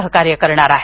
सहकार्य करणार आहे